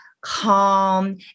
calm